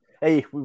Hey